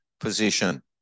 position